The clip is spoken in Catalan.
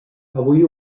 avui